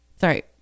Sorry